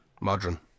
Modern